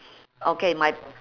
okay my